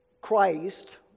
Christ